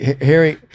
Harry